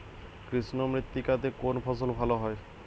কৃষ্ণ মৃত্তিকা তে কোন ফসল ভালো হয়?